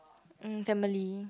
mm family